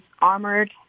Armored